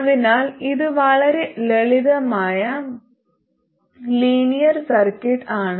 അതിനാൽ ഇത് വളരെ ലളിതമായ ലീനിയർ സർക്യൂട്ട് ആണ്